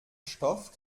stoff